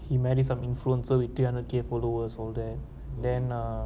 he married some influences with three hundred K followers all that then err